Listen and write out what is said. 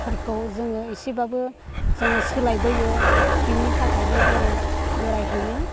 फोरखौ जोङो एसेबाबो जोङो सोलायबोयो बेनि थाखायनो जोङो बेरायहैनो